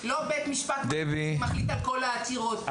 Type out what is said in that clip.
בית המשפט לא מחליט על כל העתירות.